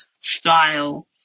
style